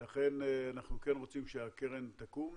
ולכן אנחנו כן רוצים שהקרן תקום.